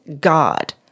God